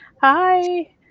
hi